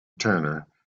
turner